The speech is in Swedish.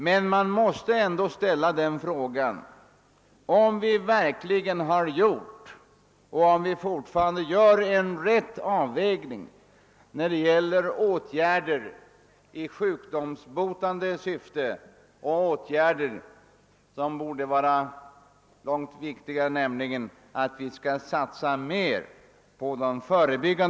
Men man måste ändå fråga om vi har gjort och gör en riktig avvägning av våra åtgärder i sjukdomsbotande syfte och våra satsningar på förebyggande åtgärder, som ändå borde tillmätas större vikt.